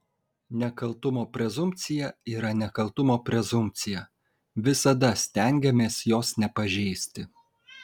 nekaltumo prezumpcija yra nekaltumo prezumpcija visada stengiamės jos nepažeisti